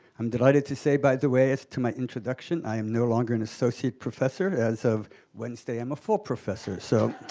i'm delighted to say, by the way, as to my introduction, i am no longer an associate professor. as of wednesday i'm a full professor. so